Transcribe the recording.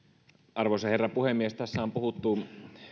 arvoisa herra puhemies tässä on puhuttu